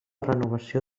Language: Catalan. revocació